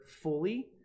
fully